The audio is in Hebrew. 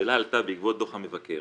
השאלה עלתה בעקבות דו"ח המבקר